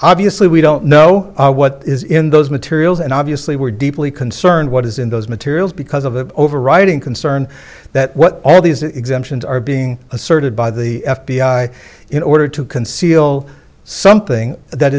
obviously we don't know what is in those materials and obviously we're deeply concerned what is in those materials because of the overriding concern that what all these exemptions are being asserted by the f b i in order to conceal something that